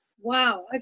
Wow